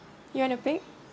you want to pick